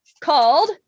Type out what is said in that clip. called